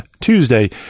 Tuesday